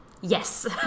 Yes